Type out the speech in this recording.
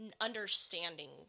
understanding